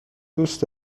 دوست